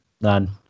None